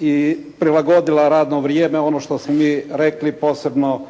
i prilagodila radno vrijeme, ono što smo mi rekli, posebno